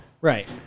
Right